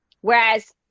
Whereas